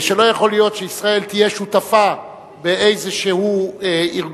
שלא יכול להיות שישראל תהיה שותפה באיזה ארגון